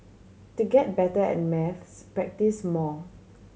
to get better at maths practise more